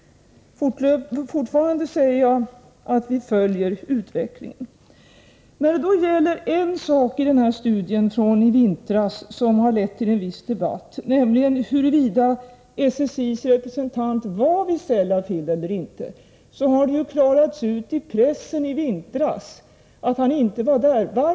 Fortfarande säger jag att vi följer utvecklingen. När det då gäller en sak i studien från i vintras som har lett till en viss — Nr 7 debatt, nämligen huruvida SSI:s representant var vid Sellafield eller inte, har Torsdagen den det klarats ut i pressen i vintras att han inte var där. Varför?